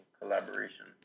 collaboration